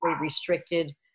restricted